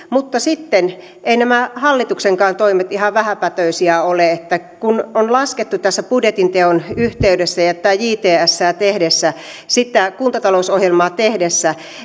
mutta eivät nämä hallituksenkaan toimet ihan vähäpätöisiä ole kun on laskettu tässä budjetin teon yhteydessä jtsää tehdessä kuntatalousohjelmaa tehdessä